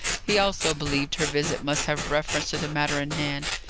he also believed her visit must have reference to the matter in hand.